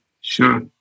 sure